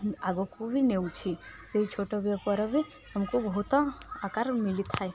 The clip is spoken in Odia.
ଆଗକୁ ବି ନେଉଛି ସେଇ ଛୋଟ ବେପାର ବି ଆମକୁ ବହୁତ ଆକାର ମିଳିଥାଏ